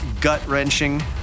gut-wrenching